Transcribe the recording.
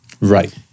Right